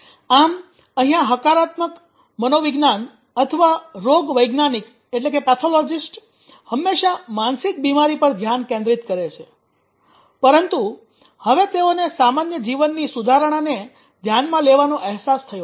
આમ અહીંયા હકારાત્મક મનોવૈજ્ઞાનિક અથવા રોગવૈજ્ઞાનિક હંમેશાં માનસિક બીમારી પર ધ્યાન કેન્દ્રિત કરે છે પરંતુ હવે તેઓને સામાન્ય જીવનની સુધારણાને ધ્યાનમાં લેવાનો અહેસાસ થયો છે